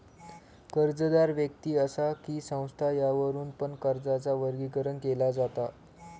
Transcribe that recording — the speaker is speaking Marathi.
कर्जदार व्यक्ति असा कि संस्था यावरुन पण कर्जाचा वर्गीकरण केला जाता